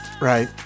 Right